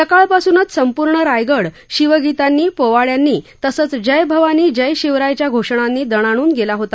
सकाळपासूनच संपूर्ण रायगड शिवगीतांनी पोवाड्यांनी तसंच जय भवानी जय शिवरायच्या घोषणांनी णाणून गेला होता